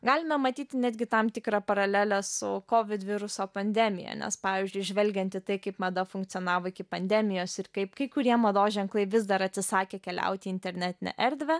galime matyti netgi tam tikrą paralelę su kovid viruso pandemija nes pavyzdžiui žvelgiant į tai kaip mada funkcionavo iki pandemijos ir kaip kai kurie mados ženklai vis dar atsisakė keliauti į internetinę erdvę